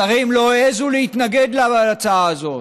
השרים לא העזו להתנגד להצעה הזאת.